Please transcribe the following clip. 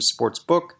Sportsbook